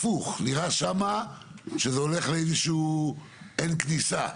הפוך, נראה שם שזה הולך לאיזשהו אין כניסה.